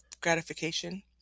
gratification